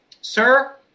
sir